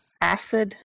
acid